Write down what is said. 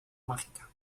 mágica